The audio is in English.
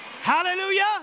Hallelujah